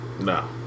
no